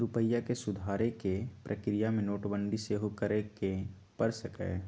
रूपइया के सुधारे कें प्रक्रिया में नोटबंदी सेहो करए के पर सकइय